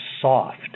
soft